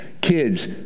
Kids